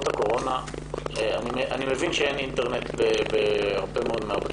אני מבין שאין אינטרנט ברבים מן הבתים.